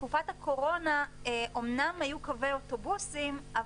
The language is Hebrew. בתקופת הקורונה אומנם היו קווי אוטובוסים,